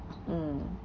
mm